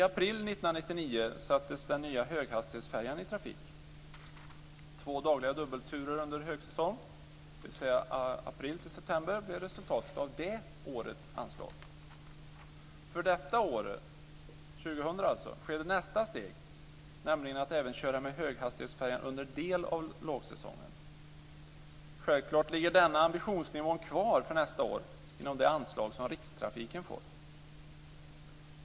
För detta år, alltså 2000, sker nästa steg, nämligen att även köra med höghastighetsfärjan under del av lågsäsongen. Självklart ligger denna ambitionsnivå kvar för nästa år inom det anslag som Rikstrafiken får.